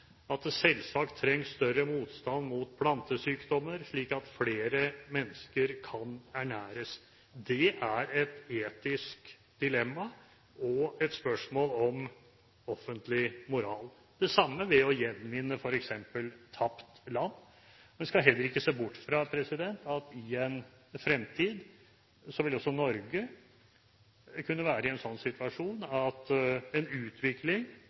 at det selvsagt trengs større motstand mot plantesykdommer, slik at flere mennesker kan ernæres, og det samme ved f.eks. å gjenvinne tapt land. Det er et etisk dilemma og et spørsmål om offentlig moral. En skal heller ikke se bort fra at i en fremtid vil også Norge kunne være i en sånn situasjon at en utvikling